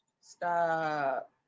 Stop